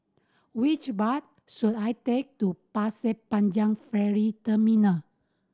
which bus should I take to Pasir Panjang Ferry Terminal